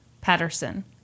patterson